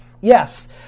Yes